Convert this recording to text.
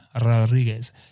Rodriguez